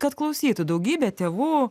kad klausytų daugybė tėvų